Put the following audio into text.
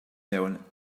mewn